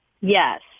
Yes